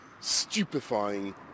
stupefying